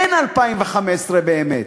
אין 2015 באמת.